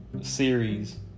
series